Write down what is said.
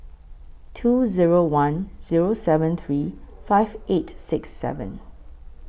two Zero one Zero seven three five eight six seven